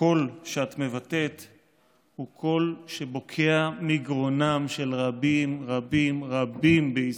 הקול שאת מבטאת הוא קול שבוקע מגרונם של רבים רבים רבים בישראל.